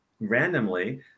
randomly